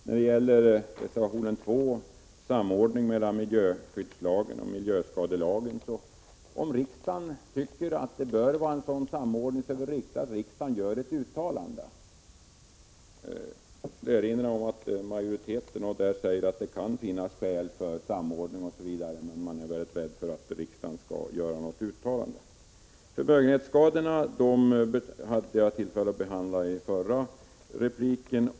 I reservation 2 aktualiserar vi behovet av en samordning mellan miljöskyddslagen och miljöskadelagen. Om riksdagen anser att det bör vara en sådan samordning, är det väl riktigt att riksdagen också gör ett uttalande. Jag erinrar om att majoriteten i betänkandet har sagt att det ”kan” finnas skäl för en samordning, men man har varit rädd för att riksdagen skall göra ett uttalande. Förmögenhetsskadorna hade jag tillfälle att behandla i den förra repliken.